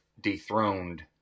dethroned